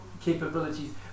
capabilities